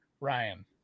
Ryan